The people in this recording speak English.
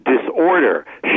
disorder